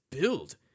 build